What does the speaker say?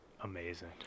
amazing